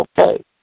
okay